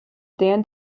dan